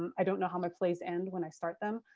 i don't know how my plays end when i start them.